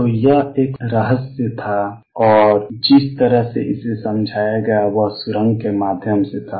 तो यह एक रहस्य था और जिस तरह से इसे समझाया गया वह सुरंग के माध्यम से था